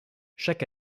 chaque